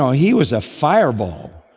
um he was a fireball.